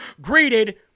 greeted